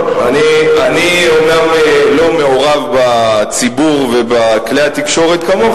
אני אומנם לא מעורב בציבור ובכלי התקשורת כמוך,